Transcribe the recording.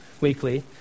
weekly